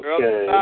Okay